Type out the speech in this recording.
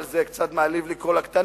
אבל זה קצת מעליב לקרוא לה קטנה,